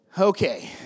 Okay